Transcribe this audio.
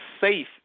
safe